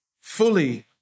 fully